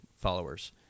followers